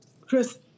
Chris